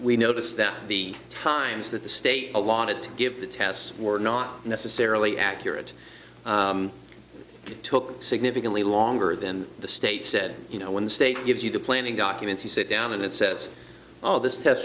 we noticed that the times that the state a lot of give the tests were not necessarily accurate took significantly longer than the state said you know when the state gives you the planning documents you sit down and it says oh this test